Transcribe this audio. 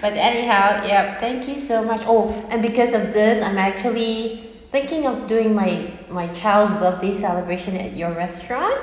but anyhow yup thank you so much oh and because of this I'm actually thinking of doing my my child's birthday celebration at your restaurant